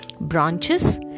branches